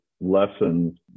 lessons